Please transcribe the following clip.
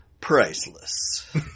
Priceless